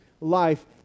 life